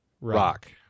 rock